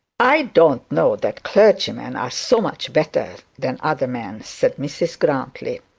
i don't know that clergymen are so much better than other men said mrs grantly.